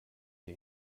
sie